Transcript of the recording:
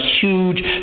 huge